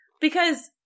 Because-